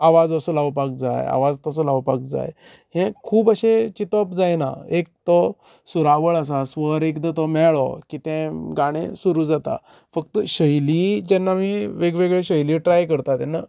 आवाज असो लावपाक जाय आवाज तसो लावपाक जाय हे खूब अशे चिंतप जायना एक तो सुरावळ आसा स्वर एकदा तो मेळ्ळो की गाणे सुरू जाता फक्त शैली जेन्ना आमी वेगवेगळ्यो शैली ट्राय करतात तेन्ना